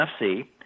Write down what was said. NFC